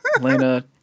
Lena